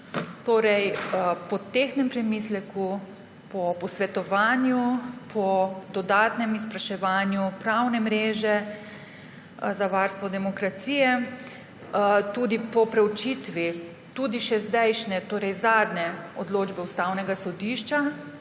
Po tehtnem premisleku, po posvetovanju, po dodatnem izpraševanju Pravne mreže za varstvo demokracije, tudi po preučitvi še zdajšnje, torej zadnje odločbe Ustavnega sodišča,